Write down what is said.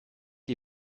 die